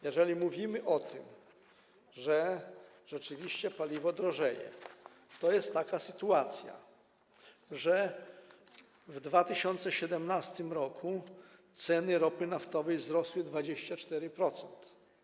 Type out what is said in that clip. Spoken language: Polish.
Jeżeli mówimy o tym, że rzeczywiście paliwo drożeje, to jest taka sytuacja, że w 2017 r. ceny ropy naftowej wzrosły o 24%.